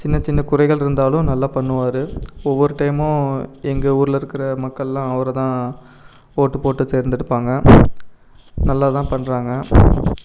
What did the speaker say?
சின்ன சின்ன குறைகள்ருந்தாலும் நல்ல பண்ணுவார் ஒவ்வொரு டைமும் எங்கள் ஊரில் இருக்கிற மக்கள்லாம் அவரைதான் ஓட்டு போட்டு தேர்ந்தெடுப்பாங்க நல்லது தான் பண்ணுறாங்க